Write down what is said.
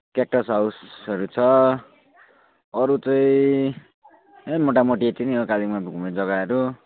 cactus हाउसहरू छ अरू चाहिँ मोटामोटी यतिनै हो कालेमपोङ्गमा घुम्ने जग्गाहरू